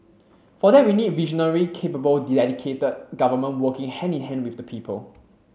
for that we need visionary capable dedicated government working hand in hand with the people